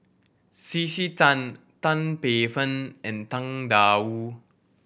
C C Tan Tan Paey Fern and Tang Da Wu